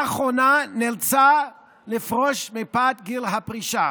לאחרונה נאלצה לפרוש מפאת גיל הפרישה.